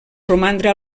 romandre